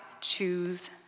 choose